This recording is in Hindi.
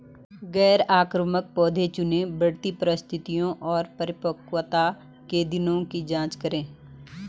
गैर आक्रामक पौधे चुनें, बढ़ती परिस्थितियों और परिपक्वता के दिनों की जाँच करें